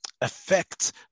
affects